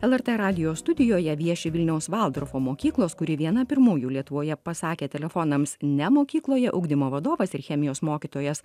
lrt radijo studijoje vieši vilniaus valdorfo mokyklos kuri viena pirmųjų lietuvoje pasakė telefonams ne mokykloje ugdymo vadovas ir chemijos mokytojas